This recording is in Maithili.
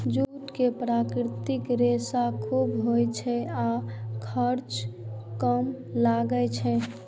जूट मे प्राकृतिक रेशा खूब होइ छै आ खर्चो कम लागै छै